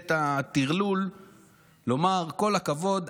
ממשלת הטרלול אפשר לומר: כל הכבוד,